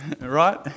right